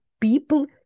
people